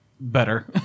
better